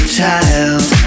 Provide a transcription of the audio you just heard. child